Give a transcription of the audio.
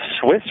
Swiss